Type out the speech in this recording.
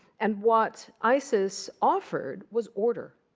and what isis offered was order.